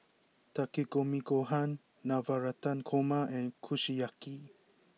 Takikomi Gohan Navratan Korma and Kushiyaki